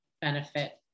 benefit